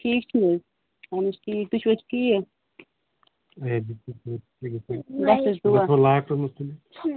ٹھیٖک چھِو حظ اَہَن حظ تُہۍ چھِو حظ ٹھیٖک بس حظ دُعا